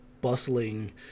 bustling